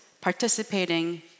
participating